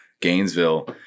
gainesville